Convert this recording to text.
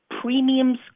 premiums